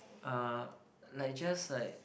uh like just like